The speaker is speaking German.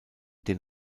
den